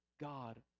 god